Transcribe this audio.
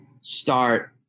start